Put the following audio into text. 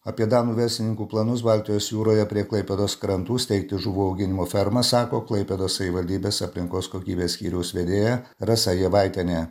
apie danų verslininkų planus baltijos jūroje prie klaipėdos krantų steigti žuvų auginimo fermą sako klaipėdos savivaldybės aplinkos kokybės skyriaus vedėja rasa jievaitienė